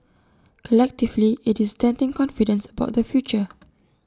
collectively IT is denting confidence about the future